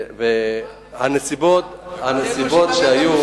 הנסיבות שהיו